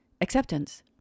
acceptance